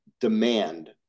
demand